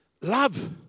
love